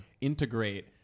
integrate